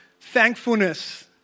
thankfulness